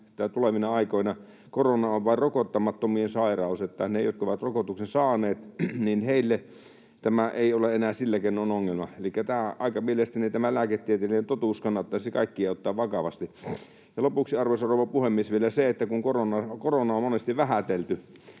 että tulevina aikoina korona on vain rokottamattomien sairaus ja että niille, jotka ovat rokotuksen saaneet, tämä ei ole enää sillä keinoin ongelma. Elikkä mielestäni tämä lääketieteellinen totuus kannattaisi kaikkien ottaa vakavasti. Ja lopuksi, arvoisa rouva puhemies, vielä: Kun koronaa on monesti vähätelty,